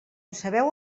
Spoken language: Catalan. sabeu